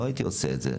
לא הייתי עושה את זה,